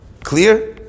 clear